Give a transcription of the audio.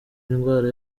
indwara